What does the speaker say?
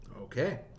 Okay